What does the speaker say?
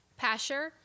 Pasher